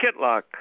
Kitlock